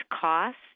cost